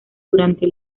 durante